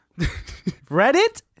Reddit